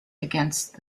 against